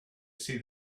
see